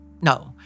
No